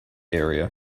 area